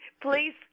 Please